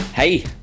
Hey